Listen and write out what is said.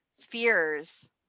fears